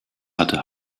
hatte